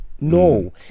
No